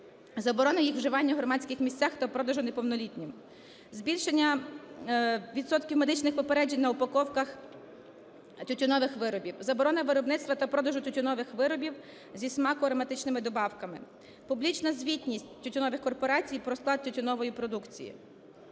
заборони їх вживання у громадських місцях та продажу неповнолітнім, збільшення відсотків медичних попереджень на упаковках тютюнових виробів, заборона виробництва та продажу тютюнових виробів зі смако-ароматичними добавками, публічна звітність тютюнових корпорацій про склад тютюнової продукції,